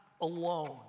alone